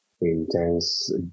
intense